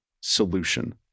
solution